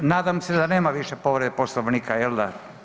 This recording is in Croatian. Nadam se da nema više povrede Poslovnika, je l' da?